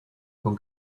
con